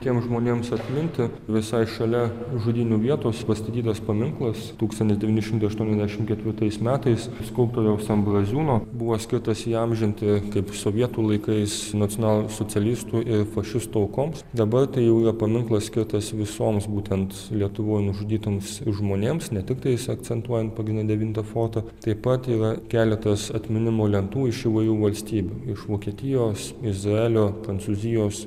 tiems žmonėms atminti visai šalia žudynių vietos pastatytas paminklas tūkstantis devyni šimtai aštuoniasdešimt ketvirtais metais skulptoriaus ambraziūno buvo skirtas įamžinti kaip sovietų laikais nacionalsocialistų ir fašistų aukoms dabar tai jau jo paminklas skirtas visoms būtent lietuvoj nužudytoms žmonėms ne tiktais akcentuojant pagrinde devintą fortą taip pat yra keletas atminimo lentų iš įvairių valstybių iš vokietijos izraelio prancūzijos